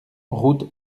route